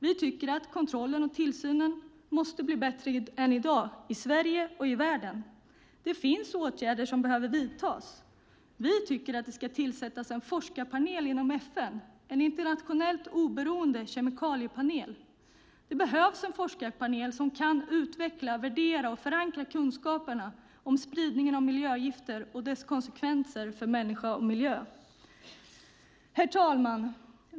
Vi tycker att kontrollen och tillsynen måste bli bättre än i dag, i Sverige och i världen. Det finns åtgärder som behöver vidtas. Vi tycker att det ska tillsättas en forskarpanel inom FN - en internationellt oberoende kemikaliepanel. Det behövs en forskarpanel som kan utveckla, värdera och förankra kunskaperna om spridningen av miljögifter och dess konsekvenser för människa och miljö. Herr talman!